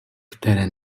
které